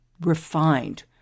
refined